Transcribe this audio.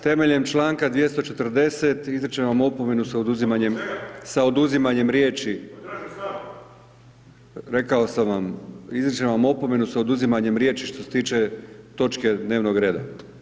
Temeljem članka 240. izričem vam opomenu sa oduzimanjem riječi. ... [[Upadica Bulj, ne razumije se .]] Rekao sam vam, izričem vam opomenu sa oduzimanjem riječi što se tiče točke dnevnog reda.